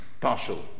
partial